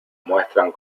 muestran